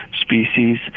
species